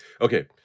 Okay